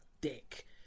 dick